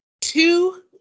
two